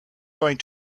going